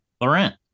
Laurent